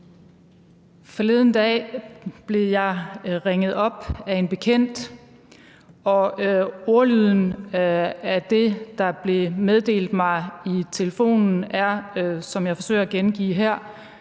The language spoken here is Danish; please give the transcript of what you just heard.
Forleden dag blev jeg ringet op af en bekendt, og ordlyden af det, der blev meddelt mig i telefonen, er, som jeg forsøger at gengive her: